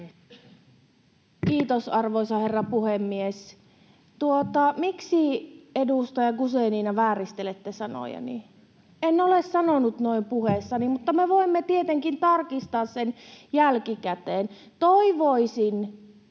Kiitos, arvoisa herra puhemies. Tuota, miksi, edustaja Guzenina, vääristelette sanojani? En ole sanonut noin puheessani, mutta me voimme tietenkin tarkistaa sen jälkikäteen. Toivoisin,